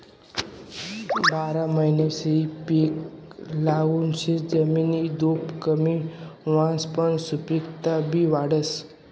बारमाही पिक लागवडमुये जमिननी धुप कमी व्हसच पन सुपिकता बी वाढस